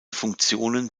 funktionen